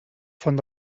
font